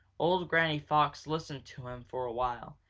old granny fox listened to him for a while,